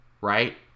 right